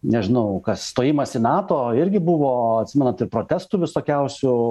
nežinau stojimas į nato irgi buvo atsimenat ir protestų visokiausių